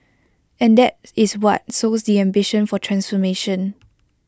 and that is what sows the ambition for transformation